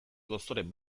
gozoren